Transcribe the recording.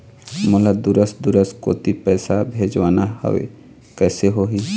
मोला दुसर दूसर कोती पैसा भेजवाना हवे, कइसे होही?